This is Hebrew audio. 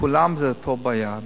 לכולם זו אותה בעיה.